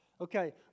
okay